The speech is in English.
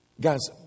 Guys